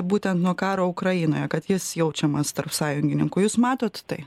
būtent nuo karo ukrainoje kad jis jaučiamas tarp sąjungininkų jūs matot tai